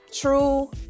true